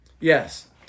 Yes